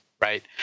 right